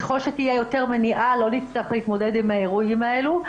ככל שתהיה יותר מניעה לא נצטרך להתמודד עם האירועים האלו.